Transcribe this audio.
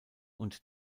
und